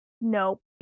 Nope